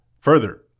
Further